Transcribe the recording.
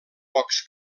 pocs